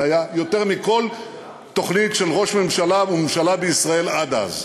זה היה יותר מכל תוכנית של ראש ממשלה וממשלה בישראל עד אז.